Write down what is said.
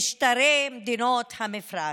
משטרי מדינות המפרץ,